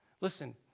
Listen